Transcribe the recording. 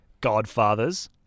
godfathers